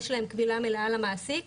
יש להם כבילה מלאה למעסיק.